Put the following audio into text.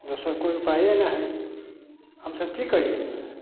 दोसर कोइ उपाये नहि हइ हम सभ की करियै